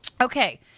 Okay